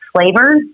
flavors